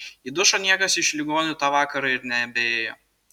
į dušą niekas iš ligonių tą vakarą ir nebeėjo